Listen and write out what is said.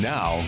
Now